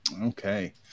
Okay